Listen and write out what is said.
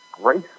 race